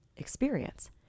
Experience